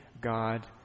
God